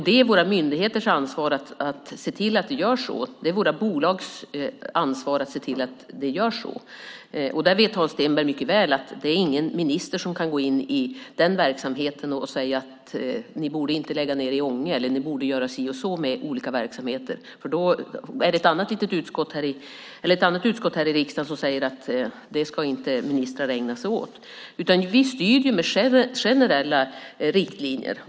Det är våra myndigheters ansvar att se till att det är så. Där vet Hans Stenberg mycket väl att ingen minister kan gå in i verksamheten och säga: Ni borde inte lägga ned i Ånge, eller ni borde göra si eller så med olika verksamheter. Då finns ett annat utskott här i riksdagen som säger: Det ska inte ministrar ägna sig åt. Vi styr med generella riktlinjer.